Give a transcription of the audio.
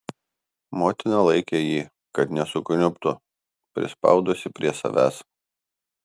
motina laikė jį kad nesukniubtų prispaudusi prie savęs